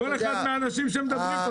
כל אחד מהאנשים שמדברים פה,